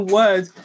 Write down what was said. words